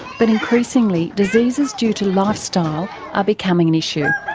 but increasingly, diseases due to lifestyle are becoming an issue.